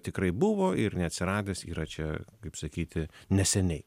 tikrai buvo ir neatsiradęs yra čia kaip sakyti neseniai